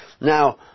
Now